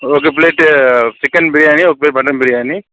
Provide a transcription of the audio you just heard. ఒక plate chicken biryani ఒక plate mutton biryani